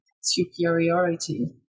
superiority